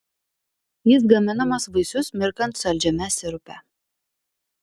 jis gaminamas vaisius mirkant saldžiame sirupe